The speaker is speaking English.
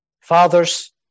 father's